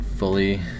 fully